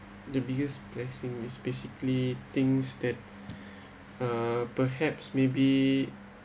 the biggest blessing is basically things that uh perhaps maybe